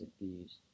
views